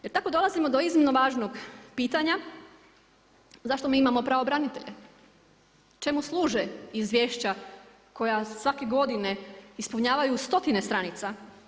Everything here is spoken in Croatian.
Jer tako dolazimo do iznimno važnog pitanja zašto mi imamo pravobranitelje, čemu služe izvješća koja svake godine ispunjavaju stotine stranica.